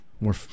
More